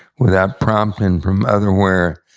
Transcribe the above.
without prompting from otherwhere,